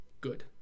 Good